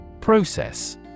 Process